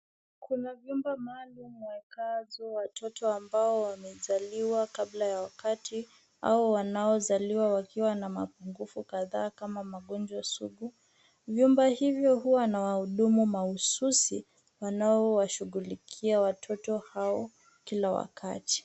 Kuna vyombo maalum waekazo watoto ambao wamezaliwa kabla ya wakati au wanaozaliwa wakiwa na mapungufu kadhaa kama magonjwa sugu. Vuymba hivyo huwa na wahudumu mahususi wanaowashughulikia watoto hao kila wakati.